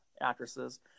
actresses